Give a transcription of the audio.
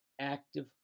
active